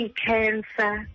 cancer